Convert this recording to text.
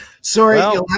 Sorry